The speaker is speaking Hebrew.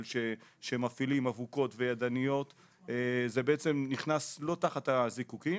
שמפעילים אבוקות וידניות זה בעצם נכנס לא תחת הזיקוקין